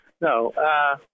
no